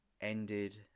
ended